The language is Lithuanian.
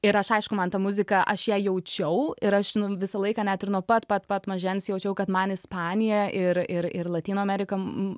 ir aš aišku man ta muzika aš ją jaučiau ir aš visą laiką net ir nuo pat pat pat mažens jaučiau kad man ispanija ir ir ir lotynų amerika